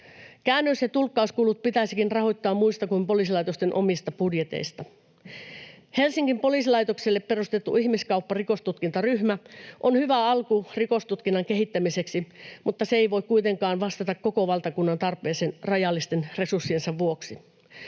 Käännös- ja tulkkauskulut pitäisikin rahoittaa muista kuin poliisilaitosten omista budjeteista. Helsingin poliisilaitokselle perustettu ihmiskaupparikostutkintaryhmä on hyvä alku rikostutkinnan kehittämiseksi, mutta se ei voi kuitenkaan vastata koko valtakunnan tarpeeseen rajallisten resurssiensa vuoksi.